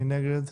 מי נגד?